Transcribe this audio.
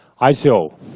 ico